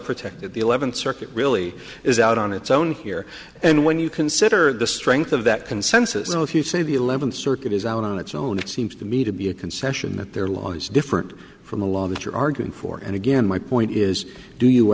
protected the eleventh circuit really is out on its own here and when you consider the strength of that consensus and if you say the eleventh circuit is out on its own it seems to me to be a concession that their law is different from the law that you're arguing for and again my point is do you